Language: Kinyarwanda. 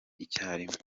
icyarimwe